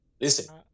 Listen